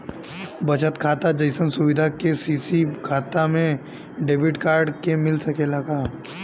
बचत खाता जइसन सुविधा के.सी.सी खाता में डेबिट कार्ड के मिल सकेला का?